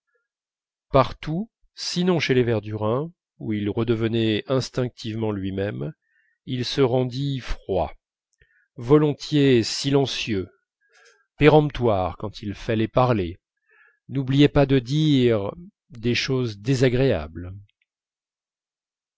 partout sinon chez les verdurin où il redevenait instinctivement lui-même il se rendit froid volontiers silencieux péremptoire quand il fallait parler n'oubliant pas de dire des choses désagréables